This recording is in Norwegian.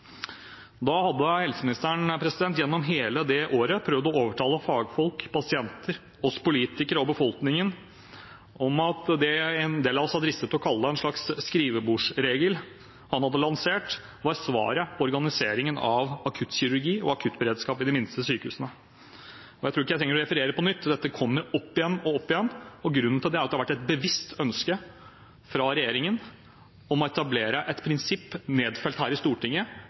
Da hadde helseministeren gjennom hele året prøvd å overtale fagfolk, pasienter, oss politikere og befolkningen om at det en del av oss har dristet oss til å kalle en slags skrivebordsregel han hadde lansert, var svaret på organiseringen av akuttkirurgi og akuttberedskap ved de minste sykehusene. Jeg tror ikke jeg trenger å referere dette på nytt – dette kommer opp igjen og opp igjen. Grunnen til det er at det har vært et bevisst ønske fra regjeringen om å etablere et prinsipp nedfelt her i Stortinget